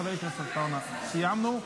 חבר הכנסת עטאונה, סיימנו.